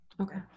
Okay